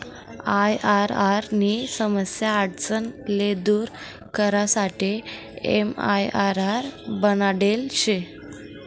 IRR नी समस्या आडचण ले दूर करासाठे एमआईआरआर बनाडेल शे